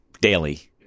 daily